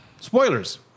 Spoilers